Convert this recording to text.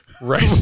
Right